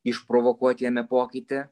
išprovokuot jame pokytį